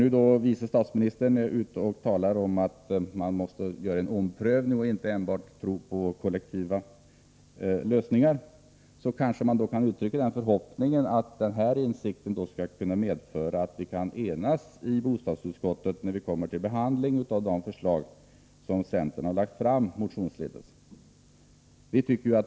När vice statsministern nu är ute och talar om att man måste göra en omprövning och inte bara tro på kollektiva lösningar, kanske man kan hysa förhoppningen att den insikten skall medföra att vi kan enas i bostadsutskottet när vi behandlar de förslag som centern har lagt fram motionsledes.